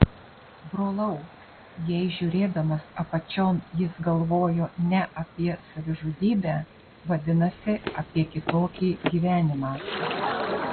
brolau jei žiūrėdamas apačion jis galvojo ne apie savižudybę vadinasi apie kitokį gyvenimą